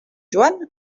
joan